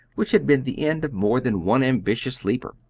which had been the end of more than one ambitious leaper.